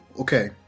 okay